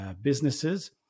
businesses